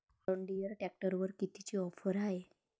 John Deere ट्रॅक्टरवर कितीची offer हाये?